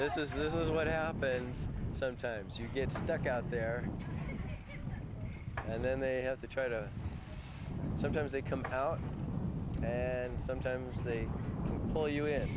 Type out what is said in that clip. this is what happens sometimes you get stuck out there and then they have to try to sometimes they come out and sometimes they pull you i